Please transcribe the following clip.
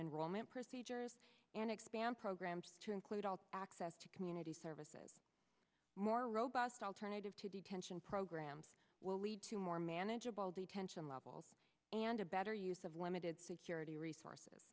roman procedures and expand programs to include all access to community services more robust alternative to detention programmes will lead to more manageable detention levels and a better use of limited security resources